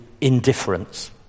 indifference